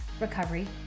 Recovery